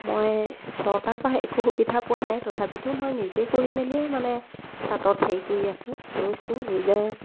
মই চৰকাৰৰ পৰা একো সুবিধা পোৱা নাই তথাপিতো মই নিজে কৰি মেলিয়ে মানে তাঁতত হেৰি কৰি আছোঁ লৈছোঁ নিজে